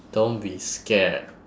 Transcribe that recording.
don't be scared